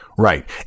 Right